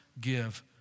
give